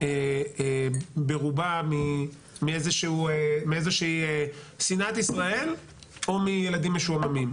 ברובה מאיזו שהיא שנאת ישראל או מילדים משועממים,